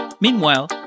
Meanwhile